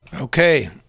okay